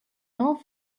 not